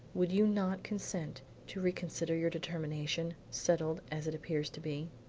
would you not consent to reconsider your determination, settled as it appears to be?